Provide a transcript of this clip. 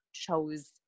chose